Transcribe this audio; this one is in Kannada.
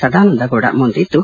ಸದಾನಂದ ಗೌಡ ಮುಂದಿದ್ದು